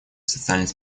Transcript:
социальной